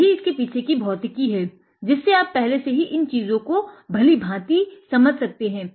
यही इसके पीछे की भौतिकी है जिससे आप पहले से ही इन चीज़ों को अच्छी तरह से समझ सकते हैं